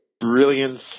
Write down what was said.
brilliance